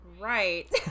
Right